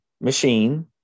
machine